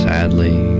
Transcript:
Sadly